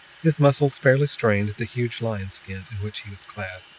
his muscles fairly strained the huge lion's skin in which he was clad,